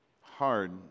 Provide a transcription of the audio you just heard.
hard